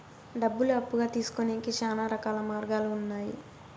డబ్బులు అప్పుగా తీసుకొనేకి శ్యానా రకాల మార్గాలు ఉన్నాయి